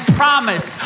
promise